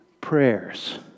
prayers